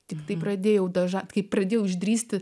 tiktai pradėjau dažnai kai pradėjau išdrįsti